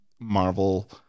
Marvel